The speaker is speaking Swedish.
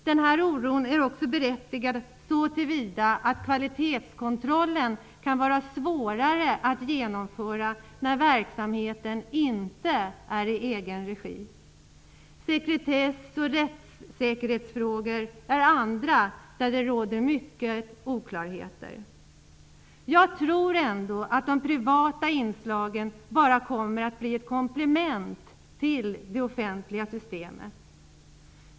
Den här oron är också berättigad så till vida att kvalitetskontrollen kan vara svårare att genomföra när verksamheten inte bedrivs i egen regi. Även i fråga om sekretess och rättssäkerhet råder stora oklarheter. Jag tror ändå att de privata inslagen bara kommer att bli ett komplement till det offentliga systemet.